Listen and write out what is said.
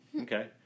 Okay